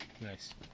Nice